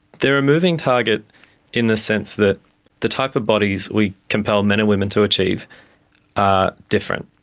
they're a moving target in the sense that the type of bodies we compel men and women to achieve are different.